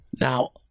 Now